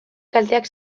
kalteak